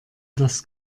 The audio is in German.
das